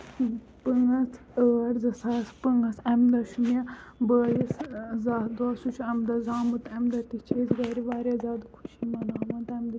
پانٛژھ ٲٹھ زٕ ساس پانٛژھ اَمہِ دۄہ چھُ مےٚ بٲیِس زاہ دۄہ سُہ چھُ اَمہِ دۄہ زامُت اَمہِ دۄہ تہِ چھِ أسۍ گرِ واریاہ زیادٕ خوشی مَناوان تَمہِ دۄہ